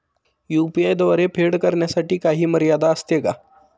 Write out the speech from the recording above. UPI द्वारे फेड करण्यासाठी काही मर्यादा असते का?